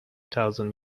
thousand